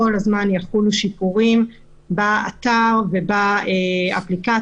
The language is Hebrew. כל הזמן יחולו שיפורים באתר ובאפליקציה.